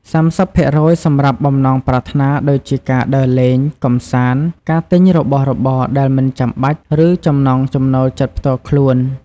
៣០% សម្រាប់បំណងប្រាថ្នាដូចជាការដើរលេង កម្សាន្ត ការទិញរបស់របរដែលមិនចាំបាច់ ឬចំណង់ចំណូលចិត្តផ្ទាល់ខ្លួន។